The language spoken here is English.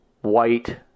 White